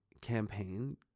campaign